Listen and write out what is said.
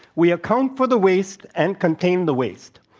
we account for the waste and contain the waste?